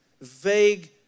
vague